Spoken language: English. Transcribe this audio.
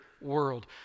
world